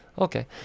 Okay